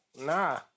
Nah